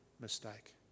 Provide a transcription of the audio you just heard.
mistake